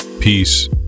peace